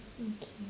okay